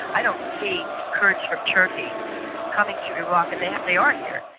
i don't see kurds from turkey coming to iraq and they they are here,